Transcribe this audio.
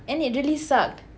and it really sucked